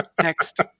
Next